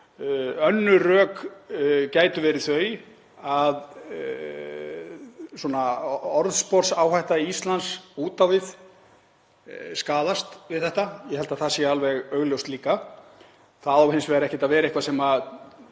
Önnur rök gætu verið þau að orðsporsáhætta Íslands út á við skaðist við þetta. Ég held að það sé alveg augljóst líka. Það á hins vegar ekkert að vera eitthvað sem